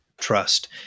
trust